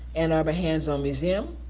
ann arbor hands-on museum,